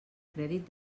crèdit